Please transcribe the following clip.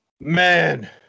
man